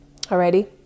Alrighty